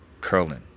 curling